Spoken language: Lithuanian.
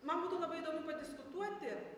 man būtų labai įdomu padiskutuoti